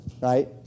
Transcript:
right